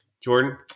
Jordan